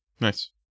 nice